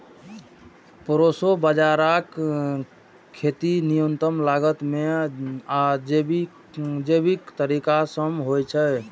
proso बाजाराक खेती न्यूनतम लागत मे आ जैविक तरीका सं होइ छै